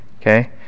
Okay